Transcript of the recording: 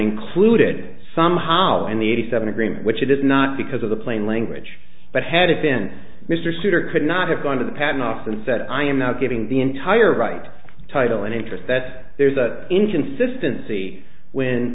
included somehow in the eighty seven agreement which it is not because of the plain language but had it been mr souter could not have gone to the patent office and said i am now giving the entire right title and interest that there's an inconsistency when